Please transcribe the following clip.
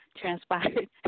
transpired